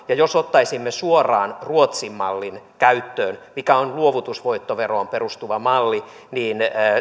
ja jos ottaisimme suoraan ruotsin mallin käyttöön mikä on luovutusvoittoveroon perustuva malli niin